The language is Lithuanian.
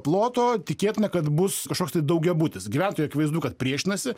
ploto tikėtina kad bus kažkoks tai daugiabutis gyventojai akivaizdu kad priešinasi